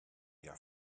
hja